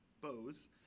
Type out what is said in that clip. bows